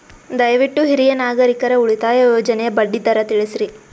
ದಯವಿಟ್ಟು ಹಿರಿಯ ನಾಗರಿಕರ ಉಳಿತಾಯ ಯೋಜನೆಯ ಬಡ್ಡಿ ದರ ತಿಳಸ್ರಿ